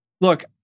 look